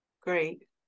Great